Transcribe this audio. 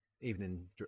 evening